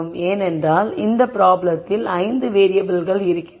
ஏனென்றால் இந்த ப்ராப்ளத்தில் 5 வேறியபிள்கள் இருக்கிறது